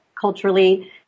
culturally